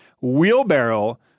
wheelbarrow